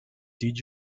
did